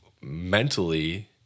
mentally